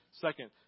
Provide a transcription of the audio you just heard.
Second